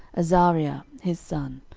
azariah his son,